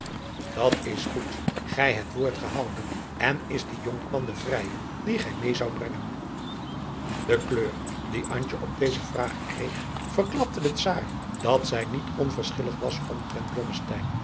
dat is goed gij hebt woord gehouden en is die jonkman de vrijer dien gij meê zoudt brengen de kleur die antje op deze vraag kreeg verklapte den czaar dat zij niet onverschillig was omtrent